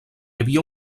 havia